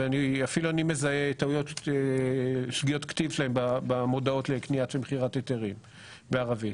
ואפילו אני מזהה שגיאות כתיב שלהם במודעות לקניה ומכירת היתרים בערבית,